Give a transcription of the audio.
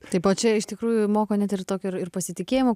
taip o čia iš tikrųjų moko net ir tokio ir pasitikėjimo